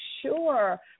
sure